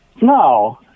No